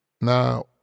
Now